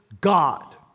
God